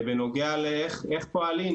בנוגע לאיך פועלים,